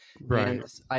Right